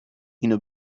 اینو